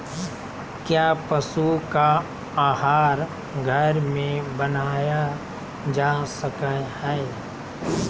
क्या पशु का आहार घर में बनाया जा सकय हैय?